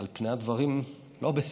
על פני הדברים, לא בסדר.